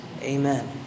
amen